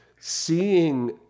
seeing